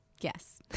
Yes